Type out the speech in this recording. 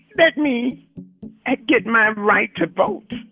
let me ah get my right to vote?